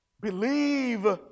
Believe